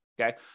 Okay